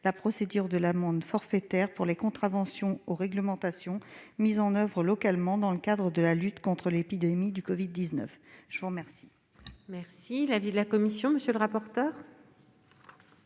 la procédure de l'amende forfaitaire pour les contraventions aux réglementations mises en oeuvre localement dans le cadre de la lutte contre l'épidémie de covid-19. Quel est l'avis de la commission ? Favorable.